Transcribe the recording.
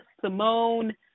Simone